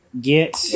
Get